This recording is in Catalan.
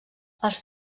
els